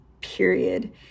period